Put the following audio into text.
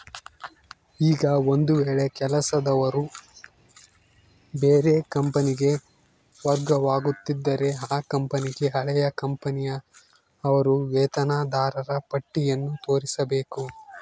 ಈಗ ಒಂದು ವೇಳೆ ಕೆಲಸದವರು ಬೇರೆ ಕಂಪನಿಗೆ ವರ್ಗವಾಗುತ್ತಿದ್ದರೆ ಆ ಕಂಪನಿಗೆ ಹಳೆಯ ಕಂಪನಿಯ ಅವರ ವೇತನದಾರರ ಪಟ್ಟಿಯನ್ನು ತೋರಿಸಬೇಕು